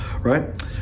right